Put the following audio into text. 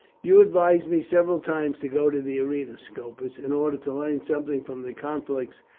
you advised me several times to go to the arena, scopus, in order to learn something from the conflicts.